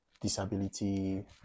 disability